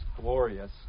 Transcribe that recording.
glorious